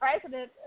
president